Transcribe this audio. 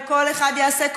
וכל אחד יעשה,